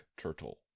turtle